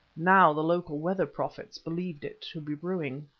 now the local weather-prophets believed it to be brewing.